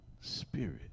spirit